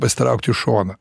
pasitraukt į šoną